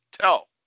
Tell